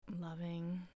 Loving